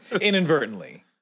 inadvertently